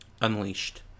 Unleashed